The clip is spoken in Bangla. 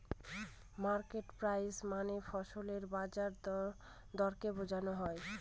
মার্কেট প্রাইস মানে ফসলের বাজার দরকে বোঝনো হয়